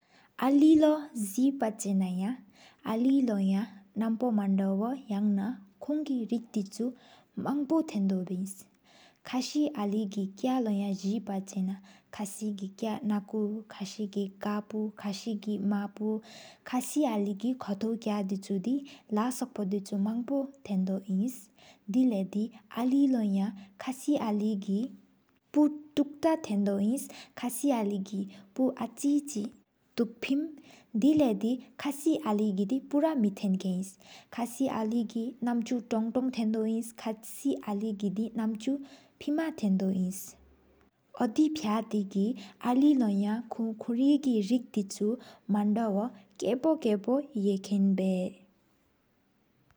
ཨ་ལི་ལོ་གཟེར་པ་ཆེ་ན་ཡ ཨ་ལི་ལོ་ཡ་ནམ་པོ། མན་ད་བོ་ཡ་ན ཀོང་གི་རིག་དུག་མང་པོ། ཐེན་དོ་བལྐ་སི་ ཨ་ལི་གི་སྐྱ་ལོ་ཡ་གཟེར་པ་ཆེ་ན། ཁ་སི་ཨ་ལི་གི་དཀར་པོ་ནག་པོ་ཁ་སི་ཨ་ལི་གི། ཁོཐོའོ་གི་ཀལ་ལག་སོ་པོ་དུག་མང་པོ། ཐེན་དོ་ཨིན་དེ་ལ་རྡི་ཡ་ཁ་སི་ཨ་ལི་གིསྤུ་ཐུག་རི་ཐ། ཐེན་དོ་ཨིན་ཁ་སི་ཨ་ལི་གི་འསྤུ་ཨ་ཆི་ཚེ་ཏུག་འཕན། དེ་ལེ་ཁ་སི་ཨ་ལི་གི་ པུ་ར་མེ་ཐེན་ཀེན་ཨིན། ཁ་སི་ཨ་ལི་གི་ནམ་ཆུ་སྟོང་སྟོང་ཐེན་དོ་ཨིན། ཁ་སི་ཨ་ལི་གི་འདེ་ནམ་ཆོ་ཕེ་མ་ཐེན་དོ་ཨིན། ཨོ་དོ་ཕ་ཐེ་གི་ཨ་ལི་ལོ་ཡ་ཁོ་ཀུ་རི་གི་རིག་དུག། མན་ད་བོ་ཀཔོ་ཀཔོ་ཡསྐེན་བལྐ།